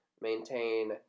maintain